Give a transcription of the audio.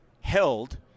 held